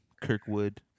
Kirkwood